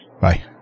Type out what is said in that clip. Bye